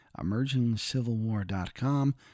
emergingcivilwar.com